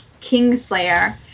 Kingslayer